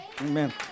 Amen